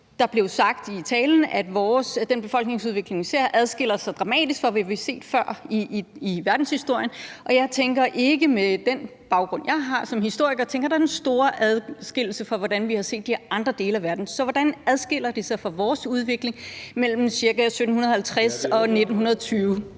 der blev sagt i talen, den befolkningsudvikling, vi ser, adskiller sig dramatisk fra det, vi har set før i verdenshistorien. Og jeg tænker ikke med den baggrund, jeg har som historiker, at der er den store adskillelse, i forhold til hvordan vi har set det i andre dele af verden. Så hvordan adskiller det sig fra vores udvikling mellem ca. 1750 og 1920?